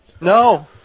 no